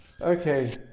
Okay